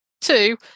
two